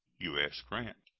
u s. grant.